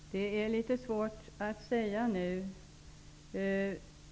Herr talman! Det är litet svårt att säga nu.